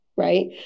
right